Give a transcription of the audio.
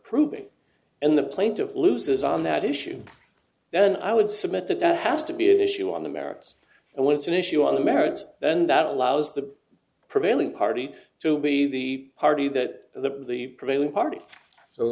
proving and the plaintiff loses on that issue then i would submit that that has to be an issue on the merits and when it's an issue on the merits then that allows the prevailing party to be the party that the the prevailing party